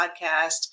podcast